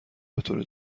بطور